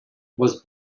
was